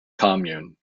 commune